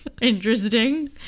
interesting